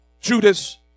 Judas